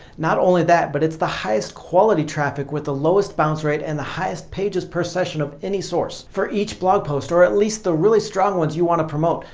not only that but it's the highest quality traffic with the lowest bounce rate and highest pages per session of any source. for each blog post, or at least the really strong ones you want to promote,